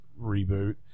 reboot